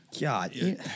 God